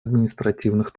административных